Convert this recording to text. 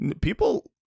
people